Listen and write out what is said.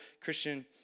Christian